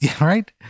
Right